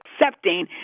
accepting